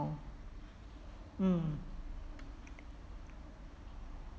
mm